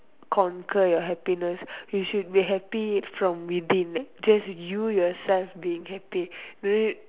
conquer your happiness you should be happy from within like just you yourself being happy